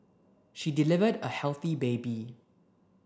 she delivered a healthy baby